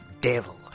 devil